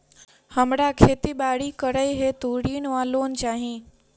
हमरा खेती बाड़ी करै हेतु ऋण वा लोन चाहि?